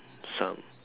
some